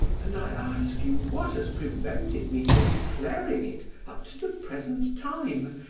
and i ask you what has prevented me from declaring it up to the present time?